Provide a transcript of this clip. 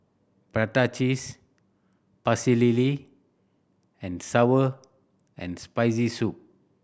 prata cheese Pecel Lele and sour and Spicy Soup